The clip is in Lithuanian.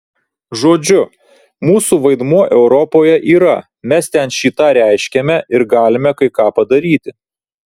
žodžiu mūsų vaidmuo europoje yra mes ten šį tą reiškiame ir galime kai ką padaryti